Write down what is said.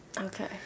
Okay